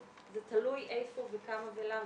זה תלוי איפה וכמה ולמה.